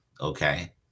Okay